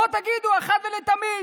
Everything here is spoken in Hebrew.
בואו תגידו אחת ולתמיד